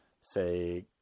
say